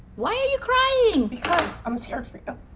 why are you crying? because i'm scared for you.